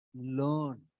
learn